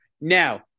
now